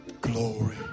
glory